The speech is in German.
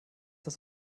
das